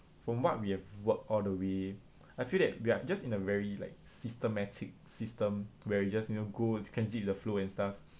from what we have worked all the way I feel that we're just in a very like systematic system where we just you know go transit with the flow and stuff